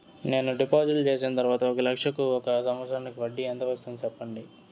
నేను డిపాజిట్లు చేసిన తర్వాత ఒక లక్ష కు ఒక సంవత్సరానికి వడ్డీ ఎంత వస్తుంది? సెప్పండి?